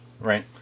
Right